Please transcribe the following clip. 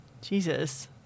jesus